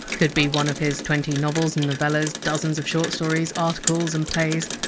could be one of his twenty novels and novellas, dozens of short stories, articles, and plays,